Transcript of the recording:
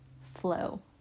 flow